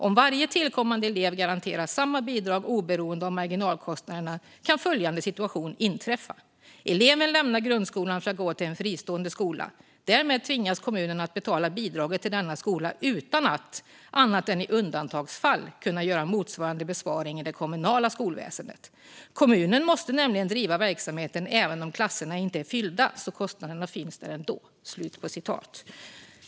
Om varje tillkommande elev garanteras samma bidrag oberoende av marginalkostnaderna kan följande situation inträffa. Eleven lämnar grundskolan för att gå till en fristående skola. Därmed tvingas kommunen att betala bidraget till denna skola utan att, annat än i undantagsfall, kunna göra motsvarande besparing i det kommunala skolväsendet. Kommunen måste nämligen driva verksamheten även om klasserna inte är fyllda så kostnaderna finns där ändå."